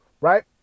right